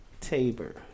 Tabor